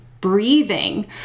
breathing